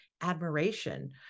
admiration